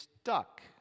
stuck